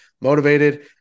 motivated